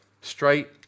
straight